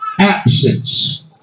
absence